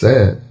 Sad